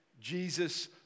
Jesus